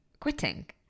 quitting